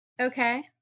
okay